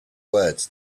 words